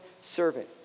servant